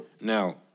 Now